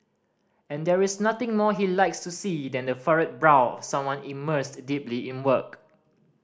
and there is nothing more he likes to see than the furrowed brow of someone immersed deeply in work